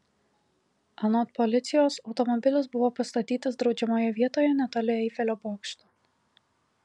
anot policijos automobilis buvo pastatytas draudžiamoje vietoje netoli eifelio bokšto